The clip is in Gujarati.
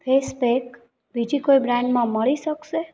ફેસપૅક બીજી કોઈ બ્રાન્ડમાં મળી શકશે